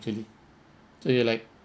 actually so you like